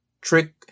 Trick